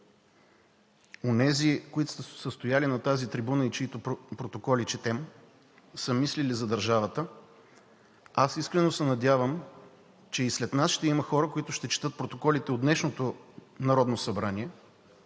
онези, които са стояли на тази трибуна и чиито протоколи четем, са мислили за държавата. Аз искрено се надявам, че и след нас ще има хора, които ще четат протоколите от днешното Народно събрание,